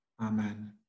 Amen